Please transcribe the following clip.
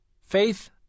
Faith